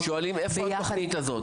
ביחד --- שואלים איפה התוכנית הזאת?